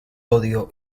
odio